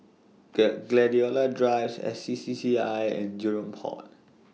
Gladiola Drive S C C C I and Jurong Port